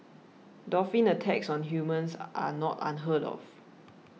dolphin attacks on humans are not unheard of